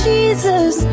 Jesus